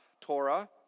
Torah